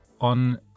On